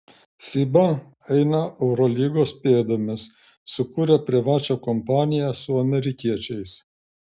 fiba eina eurolygos pėdomis sukūrė privačią kompaniją su amerikiečiais